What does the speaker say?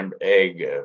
egg